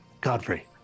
Godfrey